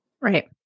Right